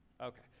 Okay